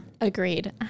Agreed